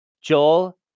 joel